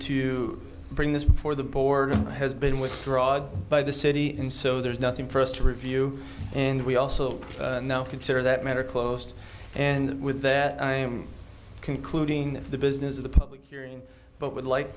to bring this before the board has been withdrawn by the city and so there is nothing for us to review and we also now consider that matter closed and with that i am concluding the business of the public hearing but would like